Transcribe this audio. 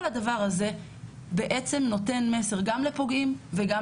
כל הדבר הזה בעצם נותן מסר גם לפוגעים וגם